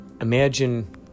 imagine